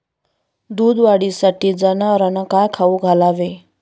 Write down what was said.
दूध वाढीसाठी जनावरांना काय खाऊ घालावे?